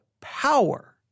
power